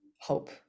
hope